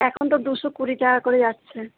এখন তো দুশো কুড়ি টাকা করে যাচ্ছে